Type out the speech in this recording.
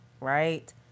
right